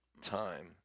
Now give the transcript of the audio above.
time